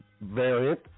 variant